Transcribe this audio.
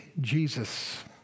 Jesus